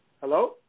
Hello